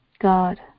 God